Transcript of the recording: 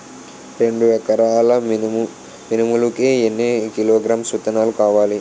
రెండు ఎకరాల మినుములు కి ఎన్ని కిలోగ్రామ్స్ విత్తనాలు కావలి?